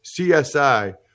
CSI